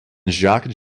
jacques